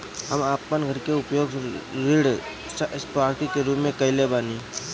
हम अपन घर के उपयोग ऋण संपार्श्विक के रूप में कईले बानी